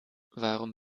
warum